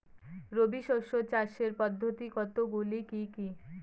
রবি শস্য চাষের পদ্ধতি কতগুলি কি কি?